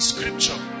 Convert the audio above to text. Scripture